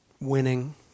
winning